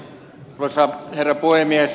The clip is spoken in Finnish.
arvoisa herra puhemies